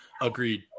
Agreed